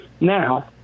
Now